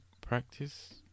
practice